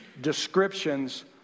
Descriptions